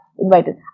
invited